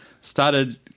started